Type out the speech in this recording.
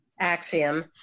axiom